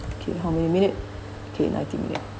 okay how many minute okay nineteen minute